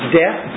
death